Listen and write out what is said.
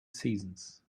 seasons